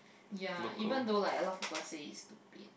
ya even though like a lot people say is stupid